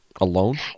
alone